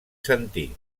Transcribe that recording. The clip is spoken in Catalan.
sentir